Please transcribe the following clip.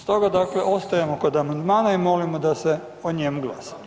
Stoga dakle ostajemo kod amandmana i molimo da se o njemu glasa.